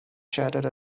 shattered